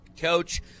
Coach